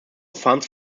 funds